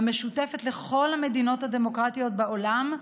המשותפת לכל המדינות הדמוקרטיות בעולם,